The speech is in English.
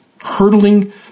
hurtling